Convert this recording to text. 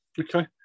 Okay